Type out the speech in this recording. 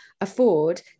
afford